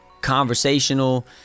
conversational